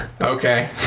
okay